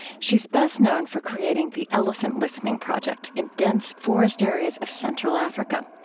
she's best known for creating the elephant listening project in dense forest areas of central africa.